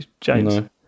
James